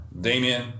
Damien